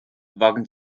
wagen